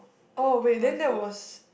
oh wait then that was